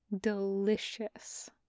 delicious